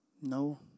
No